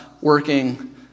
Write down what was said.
working